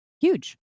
huge